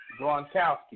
Gronkowski